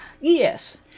Yes